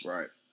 Right